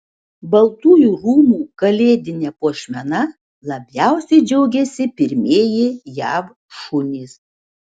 baltųjų rūmų kalėdine puošmena labiausiai džiaugiasi pirmieji jav šunys